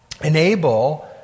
enable